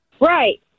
Right